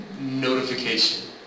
notification